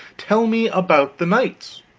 tell me about the knights.